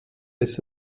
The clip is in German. des